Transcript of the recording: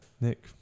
Nick